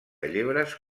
llebres